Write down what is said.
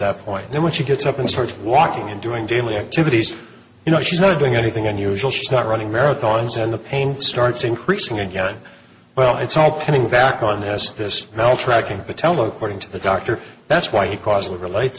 that point then when she gets up and starts walking and doing daily activities you know she's not doing anything unusual she's not running marathons and the pain starts increasing again well it's all coming back on has this well tracking to tell according to the doctor that's why he causally related t